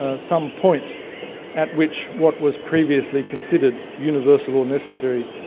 ah some point at which what was previously considered universal or necessary,